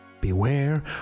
beware